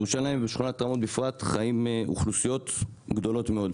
בירושלים ושכונת רמות בפרט חיות אוכלוסיות גדולות מאוד,